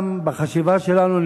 גם בחשיבה שלנו,